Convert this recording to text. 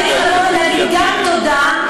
צריך היום להגיד גם תודה,